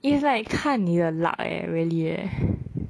is like 看你的 luck eh really leh